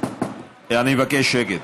אני מבקש שקט.